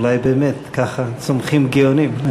אז אולי באמת ככה צומחים גאונים.